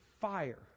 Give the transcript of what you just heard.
fire